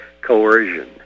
coercion